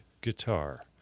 Guitar